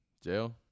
Jail